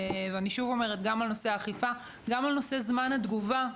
גם נושא זמן התגובה: